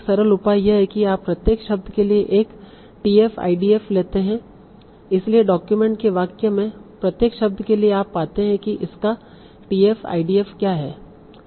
एक सरल उपाय यह है कि आप प्रत्येक शब्द के लिए एक tf idf लेते हैं इसलिए डॉक्यूमेंट के वाक्य में प्रत्येक शब्द के लिए आप पाते हैं कि इसका tf idf क्या है